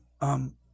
Um